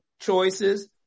choices